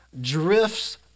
Drifts